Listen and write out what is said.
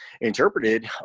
interpreted